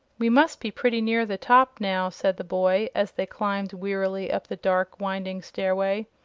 we must be pretty near the top, now, said the boy, as they climbed wearily up the dark, winding stairway.